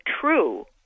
true